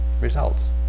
results